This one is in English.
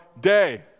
day